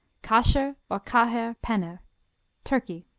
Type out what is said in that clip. kasher, or caher, penner turkey